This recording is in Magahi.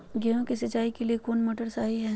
गेंहू के सिंचाई के लिए कौन मोटर शाही हाय?